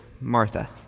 Martha